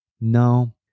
No